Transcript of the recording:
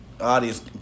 audience